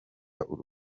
urubanza